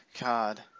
god